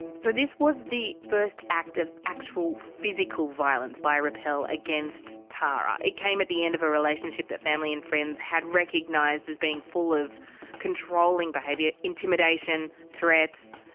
so this was the first act of actual physical violence by rappel against tara. it came at the end of a relationship that family and friends had recognised as being full of controlling behaviour, intimidation, threats,